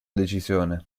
decisione